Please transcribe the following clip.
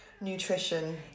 nutrition